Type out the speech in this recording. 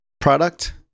product